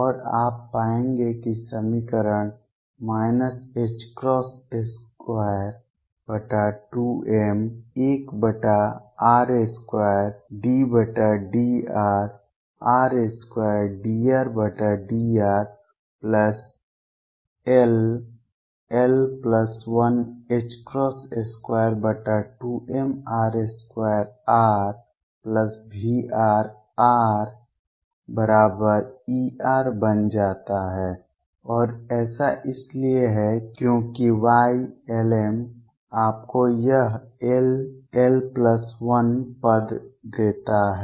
और आप पाएंगे कि समीकरण 22m1r2∂r r2dRdrll122mr2RVrRER बन जाता है और ऐसा इसलिए है क्योंकि Ylm आपको यह ll1 पद देता है